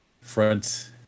front